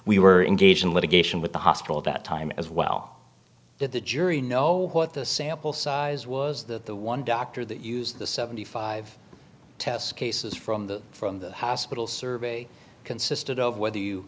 we were engaged in litigation with the hospital at that time as well that the jury know what the sample size was that the one doctor that use the seventy five test cases from the from the hospital survey consisted of whether you